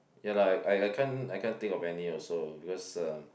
ya lah I I can't I can't think of any also because uh